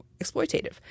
exploitative